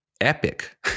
epic